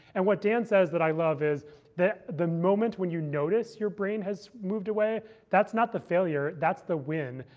and what dan says that i love is the moment when you notice your brain has moved away that's not the failure. that's the win.